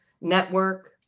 Network